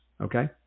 okay